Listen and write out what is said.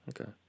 Okay